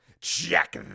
check